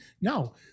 No